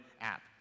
app